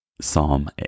Psalm